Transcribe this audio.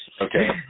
Okay